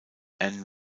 anne